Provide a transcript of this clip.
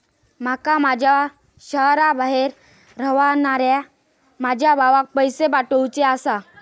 माका माझ्या शहराबाहेर रव्हनाऱ्या माझ्या भावाक पैसे पाठवुचे आसा